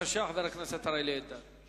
חבר הכנסת אלדד, בבקשה.